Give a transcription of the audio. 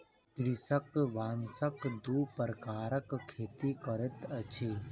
कृषक बांसक दू प्रकारक खेती करैत अछि